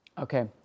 Okay